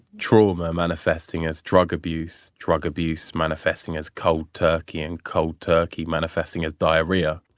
trauma manifesting as drug abuse. drug abuse, manifesting as cold turkey and cold turkey manifesting as diarrhea.